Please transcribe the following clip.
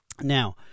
Now